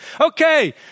Okay